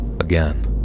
again